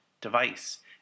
device